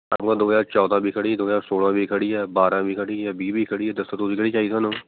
ਸਾਡੇ ਕੋਲ ਦੋ ਹਜ਼ਾਰ ਚੋਦ੍ਹਾਂ ਵੀ ਖੜ੍ਹੀ ਦੋ ਹਜ਼ਾਰ ਸੋਲ੍ਹਾਂ ਵੀ ਖੜ੍ਹੀ ਹੈ ਬਾਰ੍ਹਾਂ ਵੀ ਖੜ੍ਹੀ ਹੈ ਵੀਹ ਵੀ ਖੜ੍ਹੀ ਹੈ ਦੱਸੋ ਤੁਸੀਂ ਕਿਹੜੀ ਚਾਹੀਦੀ ਤੁਹਾਨੂੰ